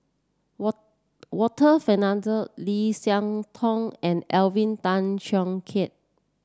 Warren Fernandez Lim Siah Tong and Alvin Tan Cheong Kheng